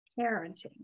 parenting